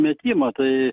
metimą tai